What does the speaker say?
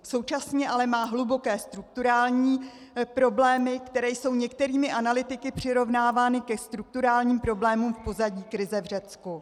Současně ale má hluboké strukturální problémy, které jsou některými analytiky přirovnávány ke strukturálním problémům pozadí krize v Řecku.